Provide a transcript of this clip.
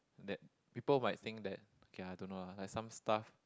that people might think that okay lah I don't know lah like some stuff